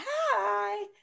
hi